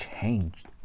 changed